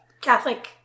Catholic